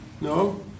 No